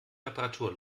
reparatur